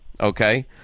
okay